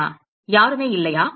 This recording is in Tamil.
யாருமே இல்லையா